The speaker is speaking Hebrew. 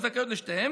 הן זכאיות לשתיהן,